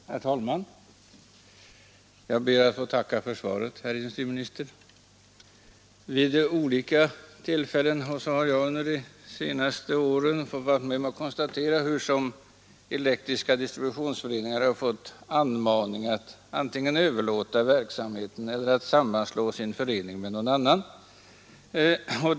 Herr talman! Jag ber att få tacka för svaret, herr industriminister. Vid olika tillfällen har jag under de senaste åren fått vara med om att konstatera hurusom elektriska distributionsföreningar har fått anmaning att antingen överlåta verksamheten eller att gå samman med någon annan förening.